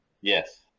Yes